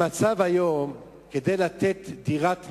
במצב היום, כדי לתת דירת נ"ר,